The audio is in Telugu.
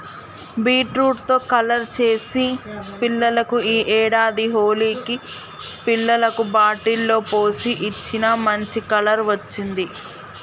బీట్రూట్ తో కలర్ చేసి పిల్లలకు ఈ ఏడాది హోలికి పిల్లలకు బాటిల్ లో పోసి ఇచ్చిన, మంచి కలర్ వచ్చింది